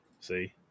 See